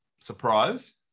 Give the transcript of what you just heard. surprise